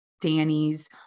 Danny's